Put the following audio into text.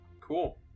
Cool